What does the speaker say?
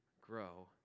grow